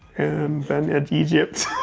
and then it's egypt.